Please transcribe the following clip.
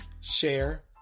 share